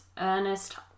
Ernest